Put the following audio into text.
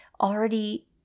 already